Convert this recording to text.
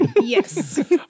Yes